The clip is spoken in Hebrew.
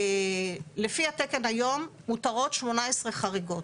לפי התקן היום מותרות 18 חריגות.